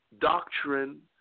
Doctrine